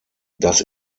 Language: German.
das